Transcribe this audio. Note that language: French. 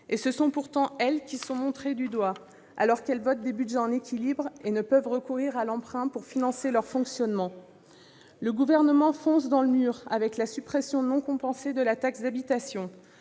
Ce sont pourtant elles qui sont montrées du doigt, alors qu'elles votent leur budget en équilibre et ne peuvent recourir à l'emprunt pour financer leur fonctionnement. Le Gouvernement fonce dans le mur avec la suppression non compensée de la taxe d'habitation.